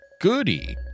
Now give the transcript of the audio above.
Goody